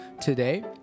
today